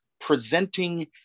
presenting